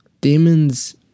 Demons